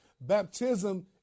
Baptism